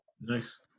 Nice